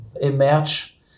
emerge